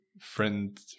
friend